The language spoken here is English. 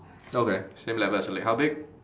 okay same level as her leg how big